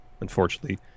unfortunately